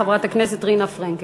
חברת הכנסת רינה פרנקל.